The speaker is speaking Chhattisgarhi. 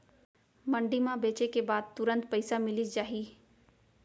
मंडी म बेचे के बाद तुरंत पइसा मिलिस जाही?